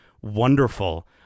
wonderful